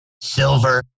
Silver